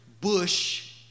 bush